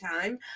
time